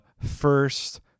first